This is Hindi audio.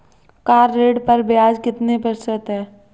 कार ऋण पर ब्याज कितने प्रतिशत है?